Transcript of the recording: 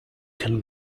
can